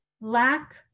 lack